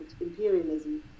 imperialism